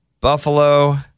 Buffalo